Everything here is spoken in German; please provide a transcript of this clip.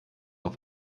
auf